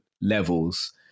levels